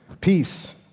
peace